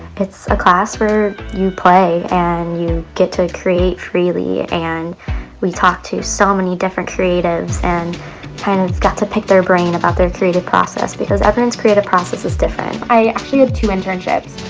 it's a class where you play, and you get to create freely, and we talked to so many different creatives, and kind of got to pick their brain about their creative process, because everyone's creative process is different. i actually had two internships.